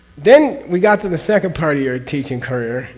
then, we got the the second part of your teaching career,